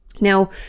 Now